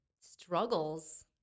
struggles